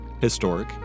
historic